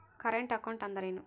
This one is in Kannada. ಕರೆಂಟ್ ಅಕೌಂಟ್ ಅಂದರೇನು?